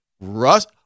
Russ